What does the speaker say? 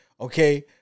Okay